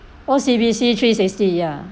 O_C_B_C three sixty ya